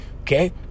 okay